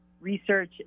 research